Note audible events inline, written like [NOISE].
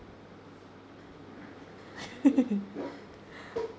[LAUGHS]